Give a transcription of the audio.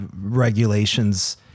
regulations